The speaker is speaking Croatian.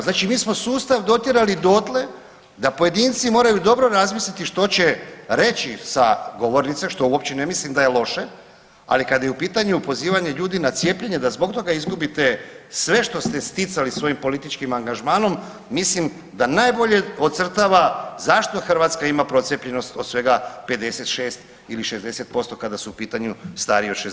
Znači mi smo sustav dotjerali dotle da pojedinci moraju dobro razmisliti što će reći sa govornice, što uopće ne mislim da je loše, ali kad je u pitanju pozivanje ljudi na cijepljenje, da zbog toga izgubite sve što ste sticali svojim političkim angažmanom, mislim da najbolje ocrtava zašto Hrvatska ima procijepljenost od svega 56% ili 60% kada su u pitanju stariji od 60 godina.